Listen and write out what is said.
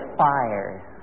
fires